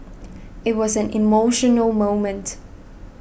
it was an emotional moment